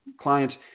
clients